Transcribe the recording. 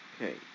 Okay